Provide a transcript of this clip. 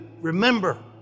remember